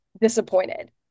disappointed